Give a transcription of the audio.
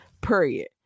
period